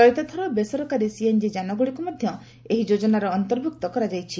ଚଳିତଥର ବେସରକାରୀ ସିଏନ୍ଜି ଯାନଗୁଡ଼ିକୁ ମଧ୍ୟ ଏହି ଯୋଜନାର ଅନ୍ତର୍ଭୁକ୍ତ କରାଯାଇଛି